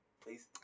Please